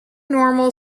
normal